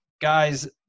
guys